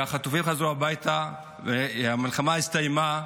והחטופים חזרו הביתה והמלחמה הסתיימה,